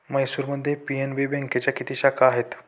म्हैसूरमध्ये पी.एन.बी बँकेच्या किती शाखा आहेत?